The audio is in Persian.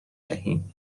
دهیم